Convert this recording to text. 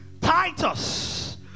Titus